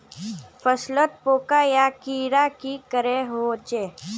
फसलोत पोका या कीड़ा की करे होचे?